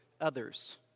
Others